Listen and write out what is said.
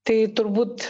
tai turbūt